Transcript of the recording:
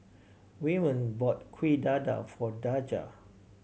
Wyman bought Kuih Dadar for Daja